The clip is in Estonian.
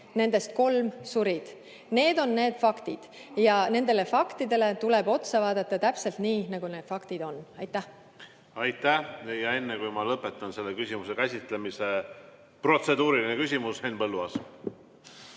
nendest kolm surid. Need on faktid ja nendele faktidele tuleb otsa vaadata täpselt nii, nagu nad on. Aitäh! Enne, kui ma lõpetan selle küsimuse käsitlemise, protseduuriline küsimus, Henn Põlluaas.